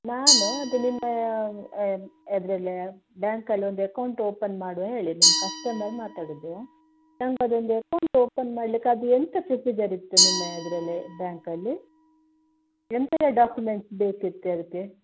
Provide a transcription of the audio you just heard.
ನಾನು ಅದು ನಿಮ್ಮ ಇದ್ರಲ್ಲಿ ಬ್ಯಾಂಕಲ್ಲಿ ಒಂದು ಅಕೌಂಟ್ ಓಪನ್ ಮಾಡುವ ಹೇಳಿ ನಿಮ್ಮ ಕಸ್ಟಮರ್ ಮಾತಾಡುವುದು ನನಗೆ ಅದೊಂದು ಅಕೌಂಟ್ ಓಪನ್ ಮಾಡಲಿಕ್ಕೆ ಅದು ಎಂಥ ಪ್ರೊಸೀಜರ್ ಇತ್ತು ನಿಮ್ಮ ಅದರಲ್ಲಿ ಬ್ಯಾಂಕಲ್ಲಿ ಎಂಥೆಲ್ಲ ಡಾಕ್ಯುಮೆಂಟ್ಸ್ ಬೇಕಿತ್ತು ಅದಕ್ಕೆ